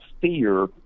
fear